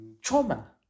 trauma